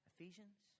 Ephesians